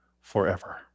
forever